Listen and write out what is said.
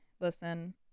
Listen